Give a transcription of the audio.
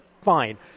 fine